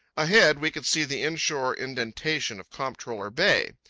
ahead we could see the inshore indentation of comptroller bay.